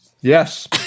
Yes